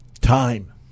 time